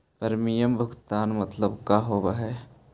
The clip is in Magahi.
प्रीमियम भुगतान मतलब का होव हइ?